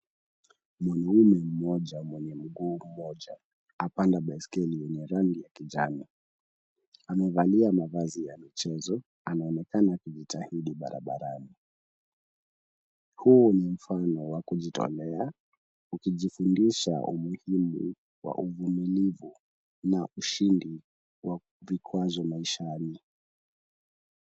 Mwanaume mmoja mwenye mguu mmoja apanda baiskeli yenye rangi ya kijani. Amevalia mavazi ya michezo, anaonekana akijitahidi barabarani. Huu ni mfano wa kujitolea ukijifundisha umuhimu wa uvumilivu na ushindi wa vikwazo maishani.